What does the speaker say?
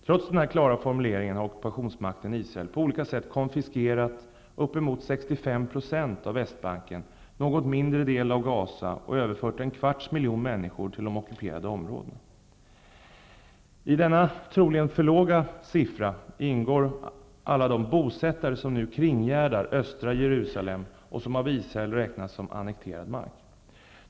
Trots denna klara formulering har ockupationsmakten Israel på olika sätt konfiskerat uppemot 65 % av Västbanken och något mindre del av Gaza samt överfört en kvarts miljon människor till de ockuperade områdena. I denna troligen för låga siffra ingår alla de bosättare vars mark nu kringgärdar östra Jerusalem -- mark som av Israel räknas som annekterad.